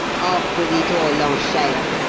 off with it all, lanchere.